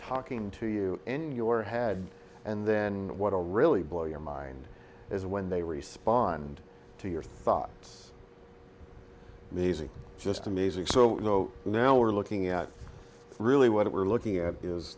talking to you in your head and then want to really blow your mind is when they respond to your thoughts these are just amazing so now we're looking at really what we're looking at is